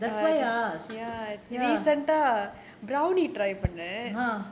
that's why I asked